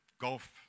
golf